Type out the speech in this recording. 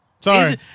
Sorry